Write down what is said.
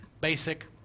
basic